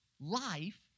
life